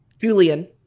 Julian